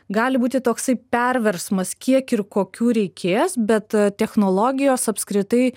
gali būti toksai perversmas kiek ir kokių reikės bet technologijos apskritai